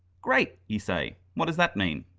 great, you say, what does that mean?